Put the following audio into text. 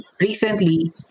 Recently